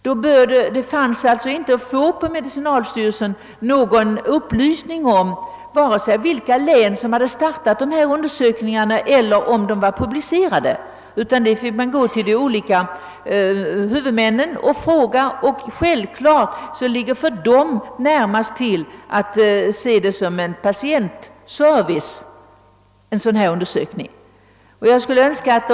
Det var t.ex. inte möjligt att genom medicinalstyrelsen få upplysning om vilka län som påbörjat undersökningarna eller huruvida resultaten av dem var publicerade; för att få reda på detta fick man fråga de olika huvudmännen. Självklart ligger det för landstingen närmast till hands att se undersökningarna som en patientservice.